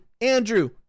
Andrew